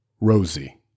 Rosie